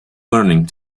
learning